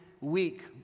week